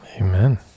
Amen